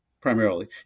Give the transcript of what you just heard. primarily